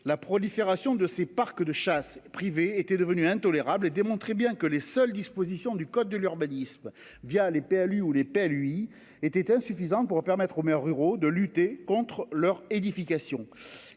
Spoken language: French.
la prolifération de ces parcs de chasse privée était devenue intolérable et démontrer, bien que les seules dispositions du code de l'urbanisme via les PLU ou les paie lui était insuffisante pour permettre aux maires ruraux de lutter contre leur édification.